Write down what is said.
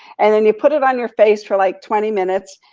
and then you put it on your face for like twenty minutes,